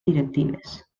directives